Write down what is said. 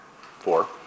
four